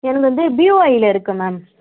எனக்கு வந்து பிஓஐயில் இருக்குது மேம்